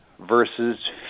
versus